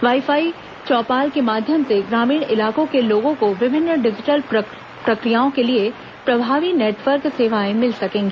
wi fi चौपालों के माध्यम से ग्रामीण इलाकों के लोगों को विभिन्न डिजिटल प्रक्रियाओं के लिए प्रभावी इंटरनेट सेवाएं मिल सकेंगी